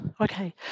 Okay